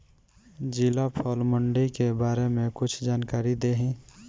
जिला फल मंडी के बारे में कुछ जानकारी देहीं?